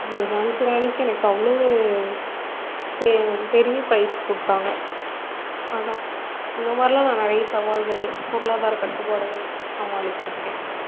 அந்த ஜான்சிராணிக்கு எனக்கு அவ்வளோ ஒரு பெ பெரிய ப்ரைஸ் கொடுத்தாங்க அதுதான் அந்த மாதிரிலாம் நான் நிறைய சவால்கள் பொருளாதார கட்டுப்பாடுகள் சமாளிச்சுருக்கேன்